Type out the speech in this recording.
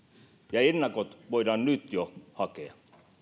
ja ennakot voidaan nyt jo hakea